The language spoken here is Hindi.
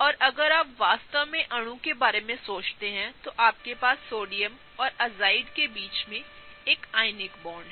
और अगर आप वास्तव में अणु के बारे में सोचते हैं तो आपके पास सोडियम और एज़ाइड के बीच एक आयनिक बॉन्ड है